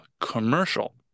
commercial